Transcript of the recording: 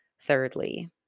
thirdly